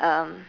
um